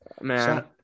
man